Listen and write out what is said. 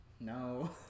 No